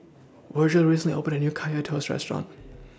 Virgel recently opened A New Kaya Toast Restaurant